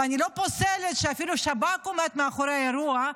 ואני לא פוסלת שאפילו השב"כ עומד מאחורי האירוע,